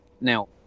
now